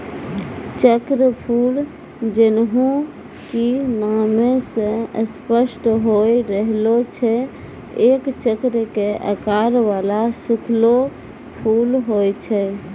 चक्रफूल जैन्हों कि नामै स स्पष्ट होय रहलो छै एक चक्र के आकार वाला सूखलो फूल होय छै